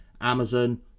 Amazon